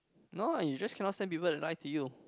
no lah you just cannot stand people that lie to you